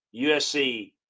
USC